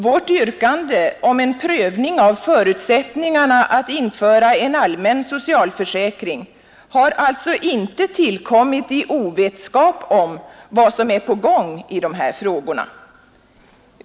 Vårt yrkande om en prövning av förutsättningarna att införa en allmän socialförsäkring har alltså inte tillkommit i ovetskap om vad som är på gång i de här frågorna.